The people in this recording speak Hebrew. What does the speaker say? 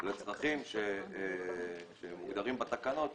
לצרכים שמוגדרים בתקנות,